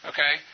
Okay